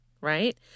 right